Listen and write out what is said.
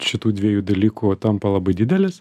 šitų dviejų dalykų tampa labai didelis